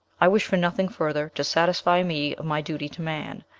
i wish for nothing further to satisfy me of my duty to man.